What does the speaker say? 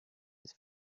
his